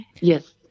Yes